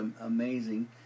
amazing